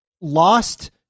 Lost